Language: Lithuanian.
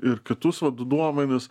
ir kitus vat duomenis